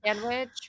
sandwich